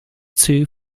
two